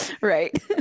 Right